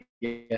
yes